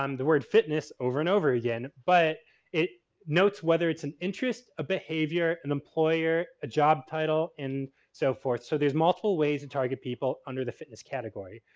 um the word fitness over and over again. but it notes whether it's an interest, a behavior, an employer, a job title, and so forth. so, there's multiple ways to and target people under the fitness category.